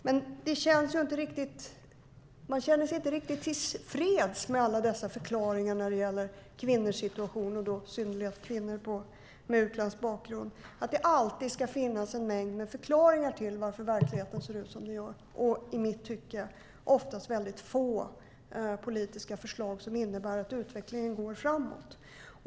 Men man känner sig inte riktigt till freds med alla dessa förklaringar när det gäller kvinnors situation och i synnerhet för kvinnor med utländsk bakgrund, att det alltid ska finnas en mängd förklaringar till att verkligheten ser ut som den gör och, i mitt tycke, oftast väldigt få politiska förslag som innebär att utvecklingen går framåt.